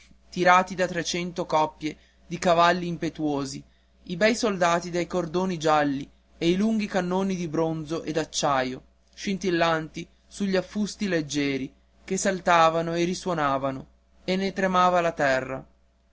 tirati da trecento coppie di cavalli impetuosi i bei soldati dai cordoni gialli e i lunghi cannoni di bronzo e d'acciaio scintillanti sugli affusti leggieri che saltavano e risonavano e ne tremava la terra